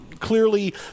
clearly